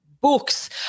books